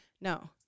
No